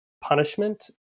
punishment